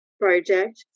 project